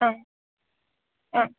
ओं ओं